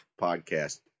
Podcast